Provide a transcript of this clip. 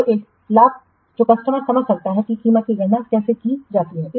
तो वह लाभ जो कस्टमर समझ सकता है कि कीमत की गणना कैसे की जाती है